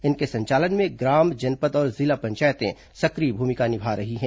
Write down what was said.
इनके संचालन में ग्राम जनपद और जिला पंचायतें सक्रिय भूमिका निभा रही हैं